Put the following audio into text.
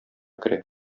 керә